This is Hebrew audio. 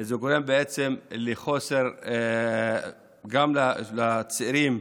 גורם לחוסר גם לצעירים,